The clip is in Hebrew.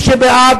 מי שבעד,